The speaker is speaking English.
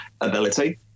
ability